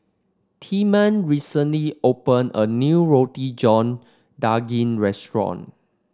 Tilman recently opened a new Roti John Daging restaurant